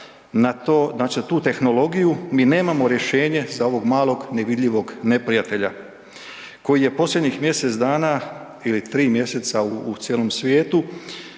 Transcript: na tu tehnologiju, mi nemamo rješenje za ovog malog nevidljivog neprijatelja koji je posljednjih mjesec dana ili 3 mjeseca u cijelom svijetu